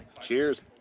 Cheers